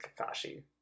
kakashi